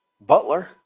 Butler